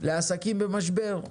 לעסקים במשבר.